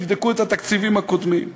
תבדקו את התקציבים הקודמים.